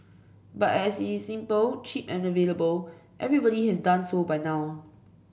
but as it is simple cheap and available everybody has done so by now